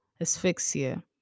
asphyxia